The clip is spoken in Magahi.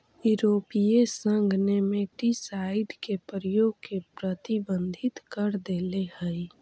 यूरोपीय संघ नेमेटीसाइड के प्रयोग के प्रतिबंधित कर देले हई